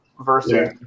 versus